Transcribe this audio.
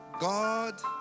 god